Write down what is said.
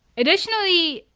additionally,